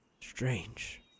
Strange